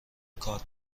کارت